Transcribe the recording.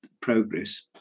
progress